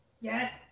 Yes